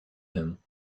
him